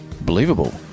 believable